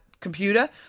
computer